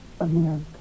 America